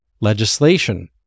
legislation